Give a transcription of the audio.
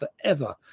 forever